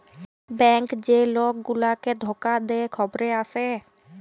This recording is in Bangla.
ব্যংক যে লক গুলাকে ধকা দে খবরে আসে